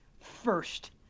First